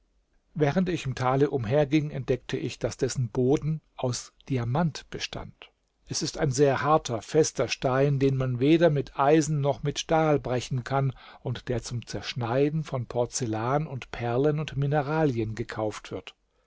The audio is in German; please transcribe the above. während ich im tale umherging entdeckte ich daß dessen boden aus diamant bestand es ist ein sehr harter fester stein den man weder mit eisen noch mit stahl brechen kann und der zum zerschneiden von porzellan und perlen und mineralien gekauft wird